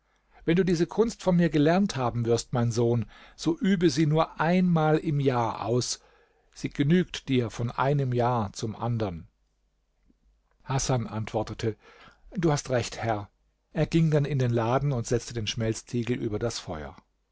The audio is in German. wenn du diese kunst von mir gelernt haben wirst mein sohn so übe sie nur einmal im jahr aus sie genügt dir von einem jahr zum andern hasan antwortete du hast recht herr er ging dann in den laden und setzte den schmelztiegel über das feuer